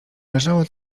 leżało